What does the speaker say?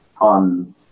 on